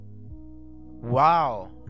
Wow